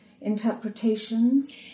interpretations